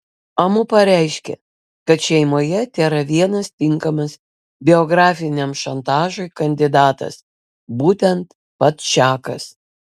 amu pareiškė kad šeimoje tėra vienas tinkamas biografiniam šantažui kandidatas būtent pats čakas